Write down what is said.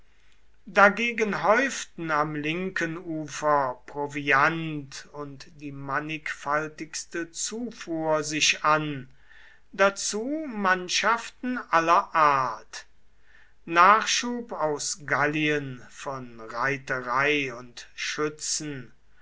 dagegen häufte am linken ufer proviant und die mannigfaltigste zufuhr sich an dazu mannschaften aller art nachschub aus gallien von reiterei und schützen